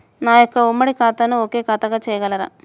నా యొక్క ఉమ్మడి ఖాతాను ఒకే ఖాతాగా చేయగలరా?